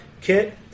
Kit